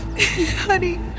Honey